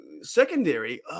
secondary